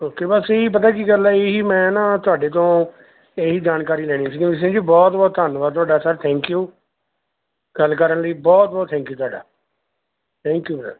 okay ਬਸ ਇਹੀ ਪਤਾ ਕੀ ਗੱਲ ਹੈ ਇਹੀ ਮੈਂ ਨਾ ਤੁਹਾਡੇ ਤੋਂ ਇਹੀ ਜਾਣਕਾਰੀ ਲੈਣੀ ਸੀ ਜੀ ਬਹੁਤ ਬਹੁਤ ਧੰਨਵਾਦ ਤੁਹਾਡਾ ਸਰ ਥੈਂਕ ਯੂ ਗੱਲ ਕਰਨ ਲਈ ਬਹੁਤ ਬਹੁਤ ਥੈਂਕ ਯੂ ਤੁਹਾਡਾ ਯੂ ਸਰ